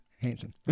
Hansen